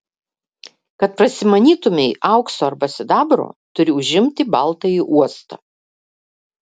kad prasimanytumei aukso arba sidabro turi užimti baltąjį uostą